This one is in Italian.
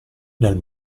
nel